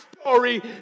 story